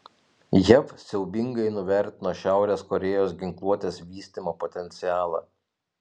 jav siaubingai nuvertino šiaurės korėjos ginkluotės vystymo potencialą